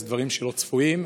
אלה דברים לא צפויים.